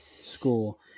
school